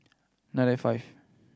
nine nine five